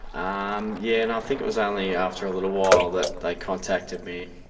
um yeah and i think it was only after a little while that they contacted me.